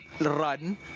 run